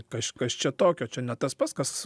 kas kas čia tokio čia ne tas pats kas